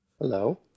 Hello